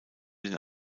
den